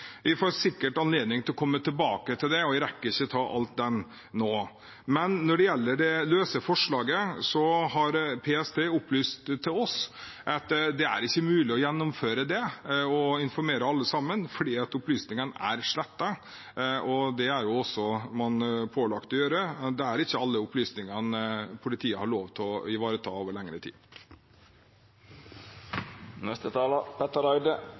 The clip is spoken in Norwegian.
får sikkert anledning til å komme tilbake det, jeg rekker ikke å ta alt det nå. Men når det gjelder det løse forslaget, har PST opplyst til oss at det ikke er mulig å gjennomføre det, å informere alle sammen, fordi opplysningene er slettet. Det er man også pålagt å gjøre. Det er ikke alle opplysninger politiet har lov til å oppbevare over lengre tid. Representanten Petter